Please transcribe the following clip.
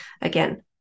Again